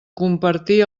compartir